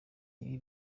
ibi